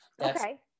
Okay